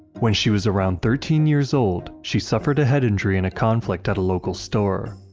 when she was around thirteen years old, she suffered a head injury in a conflict at a local store